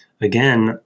again